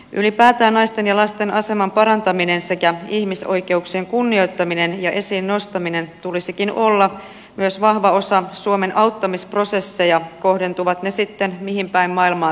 ylipäätään naisten ja lasten aseman parantamisen sekä ihmisoikeuksien kunnioittamisen ja esiin nostamisen tulisikin olla myös vahva osa suomen auttamisprosesseja kohdentuvat ne sitten mihin päin maailmaa tahansa